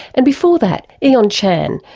and before that, ehon chan,